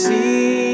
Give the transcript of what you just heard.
See